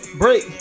break